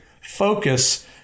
focus